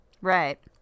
right